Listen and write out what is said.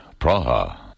Praha